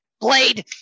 Blade